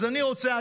אז אני רוצה,